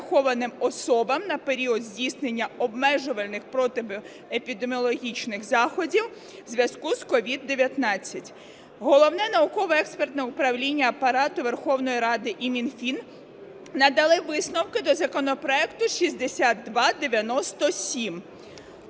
на період здійснення обмежувальних протиепідемічних заходів у зв'язку з СOVID-19. Головне науково-експертне управління Апарату Верховної Ради і Мінфін надали висновки до законопроекту 6297.